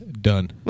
Done